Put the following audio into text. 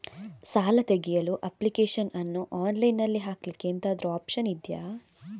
ಸಾಲ ತೆಗಿಯಲು ಅಪ್ಲಿಕೇಶನ್ ಅನ್ನು ಆನ್ಲೈನ್ ಅಲ್ಲಿ ಹಾಕ್ಲಿಕ್ಕೆ ಎಂತಾದ್ರೂ ಒಪ್ಶನ್ ಇದ್ಯಾ?